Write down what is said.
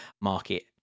market